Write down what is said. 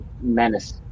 menace